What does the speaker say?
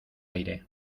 aire